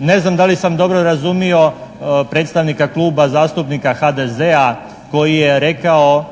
Ne znam da li sam dobro razumio predstavnika Kluba zastupnika HDZ-a koji je rekao